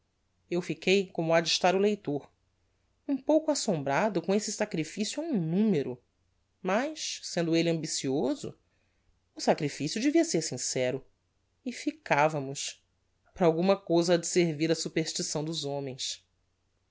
eu fiquei como ha de estar o leitor um pouco assombrado com esse sacrifício a um numero mas sendo elle ambicioso o sacrificio devia ser sincero e ficavamos para alguma cousa ha de servir a superstição dos homens